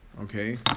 Okay